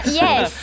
yes